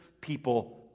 people